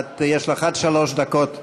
יש לך עד שלוש דקות להתנגד.